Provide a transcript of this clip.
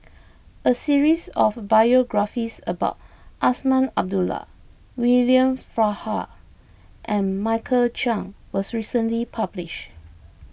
a series of biographies about Azman Abdullah William Farquhar and Michael Chiang was recently published